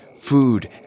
food